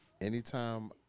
anytime